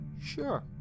Sure